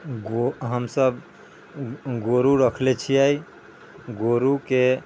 गो हमसब गोरू रखले छियै गोरूके